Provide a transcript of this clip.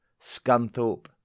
Scunthorpe